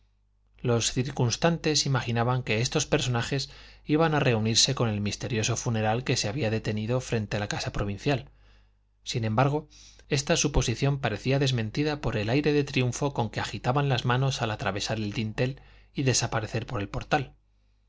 los circunstantes imaginaban que estos personajes iban a reunirse con el misterioso funeral que se había detenido frente a la casa provincial sin embargo esta suposición parecía desmentida por el aire de triunfo con que agitaban las manos al atravesar el dintel y desaparecer por el portal